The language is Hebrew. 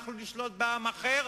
אנחנו נשלוט בעם אחר.